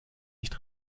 nicht